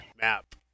map